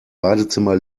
badezimmer